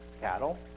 cattle